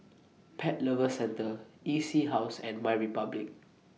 Pet Lovers Centre E C House and MyRepublic